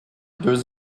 deux